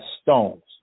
stones